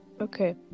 Okay